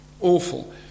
awful